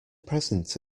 present